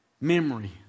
memory